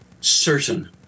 certain